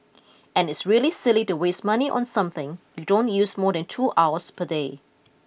and it's really silly to waste money on something you don't use more than two hours per day